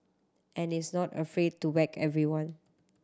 and is not afraid to whack everyone